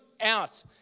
out